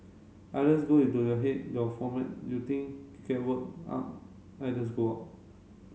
ideas go into your head your you think get worked up ideas go out